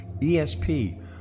ESP